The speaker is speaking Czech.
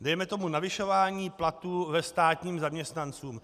dejme tomu navyšování platů státním zaměstnancům.